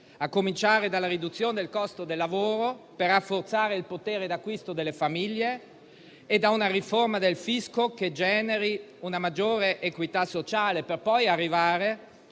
a cominciare dalla riduzione del costo del lavoro, per rafforzare il potere d'acquisto delle famiglie, e dalla riforma del fisco, che generi una maggiore equità sociale, per poi arrivare